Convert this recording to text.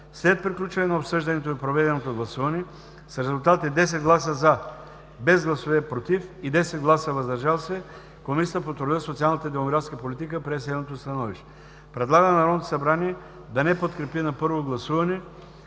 След приключване на обсъждането и проведеното гласуване с резултати: 10 гласа „за“, без „против“ и 10 гласа „въздържали се“, Комисията по труда, социалната и демографската политика прие следното становище: Предлага на Народното събрание да не подкрепи на първо гласуване